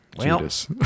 Judas